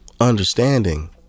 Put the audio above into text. understanding